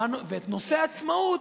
ונושא העצמאות,